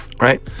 right